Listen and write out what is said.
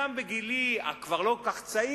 גם בגילי הכבר לא כל כך צעיר,